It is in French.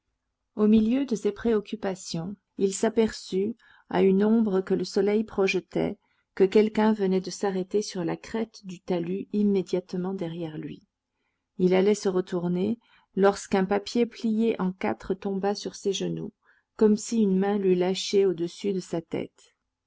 au milieu de ces préoccupations il s'aperçut à une ombre que le soleil projetait que quelqu'un venait de s'arrêter sur la crête du talus immédiatement derrière lui il allait se retourner lorsqu'un papier plié en quatre tomba sur ses genoux comme si une main l'eût lâché au-dessus de sa tête